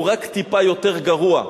הוא רק טיפה יותר גרוע,